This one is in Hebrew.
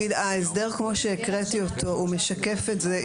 ההסדר כמו שהקראתי אותו משקף את זה.